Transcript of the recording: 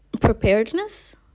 preparedness